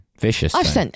vicious